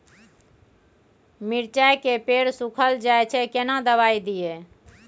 मिर्चाय के पेड़ सुखल जाय छै केना दवाई दियै?